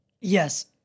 yes